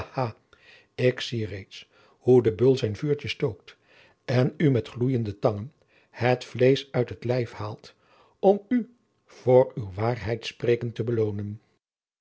de beul zijn vuurtje stookt en u met gloeiende tangen het vleesch uit het lijf haalt om u voor uw waarheidspreken te beloonen